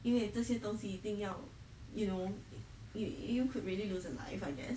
因为这些东西一定要 you know you could really lost a life on that